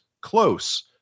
close